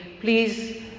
Please